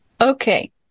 Okay